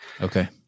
Okay